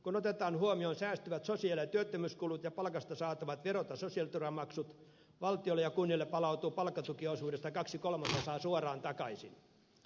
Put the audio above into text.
kun otetaan huomioon säästyvät sosiaali ja työttömyyskulut ja palkasta saatavat verot ja sosiaaliturvamaksut valtiolle ja kunnille palautuu palkkatukiosuudesta kaksi kolmasosaa suoraan takaisin